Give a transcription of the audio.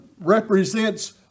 represents